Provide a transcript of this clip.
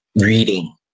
reading